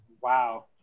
Wow